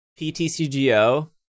PTCGO